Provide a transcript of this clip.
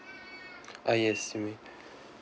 ah yes